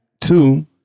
Two